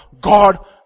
God